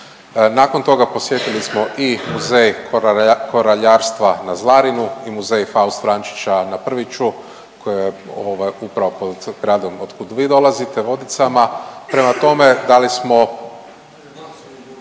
Nakon toga posjetili smo i Muzej koraljarstva na Zlarinu i Muzej Faust Vrančića na Prviću koji je upravo pod gradom od kud vi dolazite Vodicama, prema tome dali smo